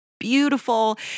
beautiful